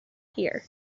here